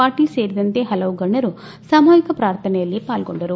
ಪಾಟೀಲ್ ಸೇರಿದಂತೆ ಹಲವು ಗಣ್ಣರು ಸಾಮೂಹಿಕ ಪ್ರಾರ್ಥನೆಯಲ್ಲಿ ಪಾಲ್ಗೊಂಡರು